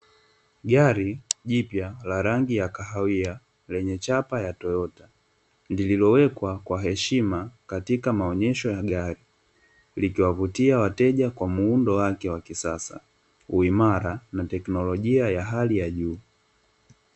gari jipya la rangi ya kahawia lenye chapa ya toyota ,liliowekwa kwa heshima katika maonyesho ya gari likiwavutia wateja kwa muundo wake wa kisasa, uimara na teknolojia ya hali ya juu.